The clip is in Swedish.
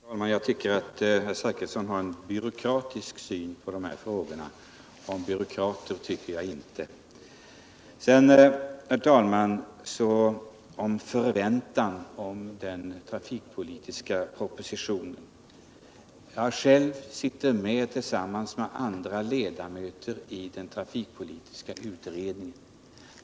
Herr talman! Jag tycker att herr Zachrisson har en byråkratisk syn på de här frågorna. Om byråkrater tycker jag inte. Sedan till frågan om förväntan på den trafikpolitiska propositionen. Jag sitter själv i den trafikpolitiska utredningen.